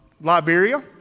Liberia